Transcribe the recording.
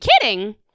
kidding